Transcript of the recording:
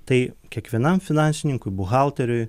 tai kiekvienam finansininkui buhalteriui